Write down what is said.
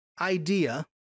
idea